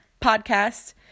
podcast